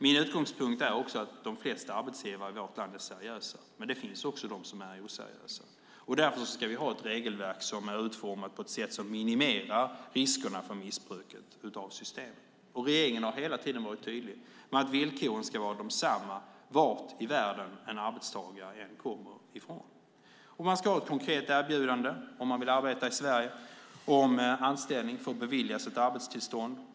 Min utgångspunkt är att de flesta arbetsgivare är seriösa, men det finns också de som är oseriösa. Därför ska vi ha ett regelverk som är utformat på ett sådant sätt att det minimerar riskerna för missbruk av systemet. Regeringen har hela tiden varit tydlig om att villkoren ska vara desamma var i världen en arbetstagare än kommer från. Man ska ha ett konkret erbjudande om man vill arbeta i Sverige och ett arbetstillstånd om anställning beviljas.